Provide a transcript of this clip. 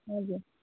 हजुर